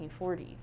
1940s